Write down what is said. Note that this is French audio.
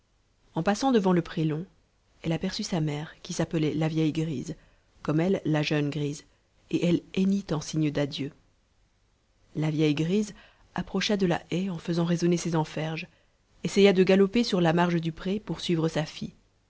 en passant devant le pré long elle aperçut sa mère qui s'appelait la vieille grise comme elle la jeune grise et elle hennit en signe d'adieu la vieille grise approcha de la haie en faisant résonner ses enferges essaya de galoper sur la marge du pré pour suivre sa fille